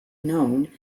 known